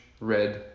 red